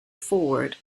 forward